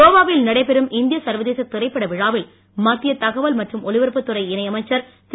கோவாவில் நடைபெறும் இந்திய சர்வதேச திரைப்பட விழாவில் மத்திய தகவல் மற்றும் ஒலிபரப்புத் துறை இணையமைச்சர் திரு